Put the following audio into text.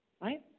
right